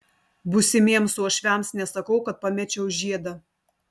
būsimiems uošviams nesakau kad pamečiau žiedą